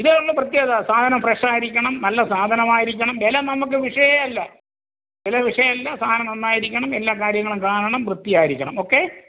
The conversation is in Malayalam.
ഇത് ഒന്ന് പ്രത്യേക സാധനം ഫ്രഷ് ആയിരിക്കണം നല്ല സാധനമായിരിക്കണം വില നമുക്ക് വിഷയമേ അല്ല വില വിഷയമേ അല്ല സാധനം നന്നായിരിക്കണം എല്ലാ കാര്യങ്ങളും കാണണം വ്യത്തിയായിരിക്കണം ഓക്കേ